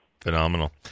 Phenomenal